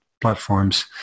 platforms